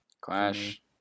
Clash